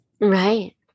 Right